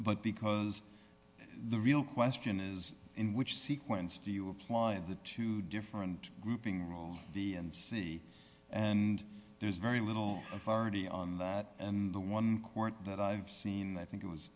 but because the real question is in which sequence do you apply the two different grouping rules the and c and there's very little authority and the one court that i've seen i think it was